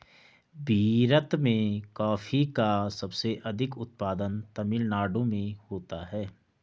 भीरत में कॉफी का सबसे अधिक उत्पादन तमिल नाडु में होता है